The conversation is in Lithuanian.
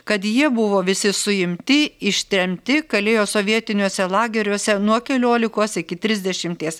kad jie buvo visi suimti ištremti kalėjo sovietiniuose lageriuose nuo keliolikos iki trisdešimties